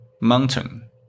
mountain